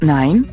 Nein